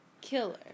killer